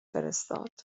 فرستاد